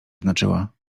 znaczyła